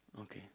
okay